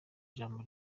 ijambo